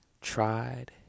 tried